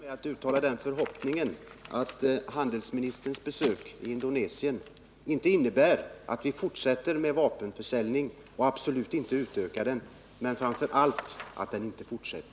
Demokratiska / ARE republiken Ösira Herr talman! Avslutningsvis vill jag uttala den förhoppningen att handels Timor: ministerns besök i Indonesien inte resulterar i fortsatt svensk vapenförsälj